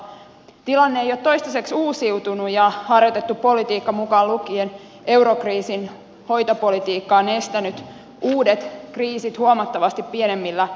tilanne ei ole toistaiseksi uusiutunut ja harjoitettu politiikka mukaan lukien eurokriisin hoitopolitiikka on estänyt uudet kriisit huomattavasti pienemmillä kustannuksilla